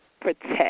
protect